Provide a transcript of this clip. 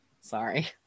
sorry